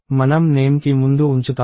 మనం నేమ్ కి ముందు ఉంచుతాము